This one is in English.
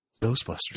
Ghostbusters